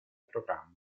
programma